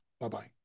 Bye-bye